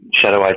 shadow